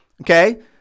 Okay